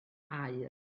aur